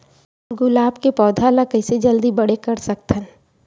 गुलाब के पौधा ल कइसे जल्दी से बड़े कर सकथन?